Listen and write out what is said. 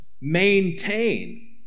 Maintain